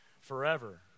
forever